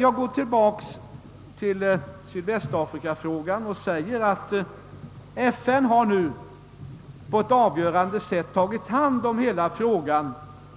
Jag återgår till sydvästafrikafrågan och säger, att FN nu på ett avgörande sätt har tagit hand om hela frågan